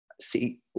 See